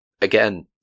again